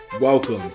Welcome